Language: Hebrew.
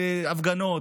להפגנות.